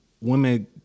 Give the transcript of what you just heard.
women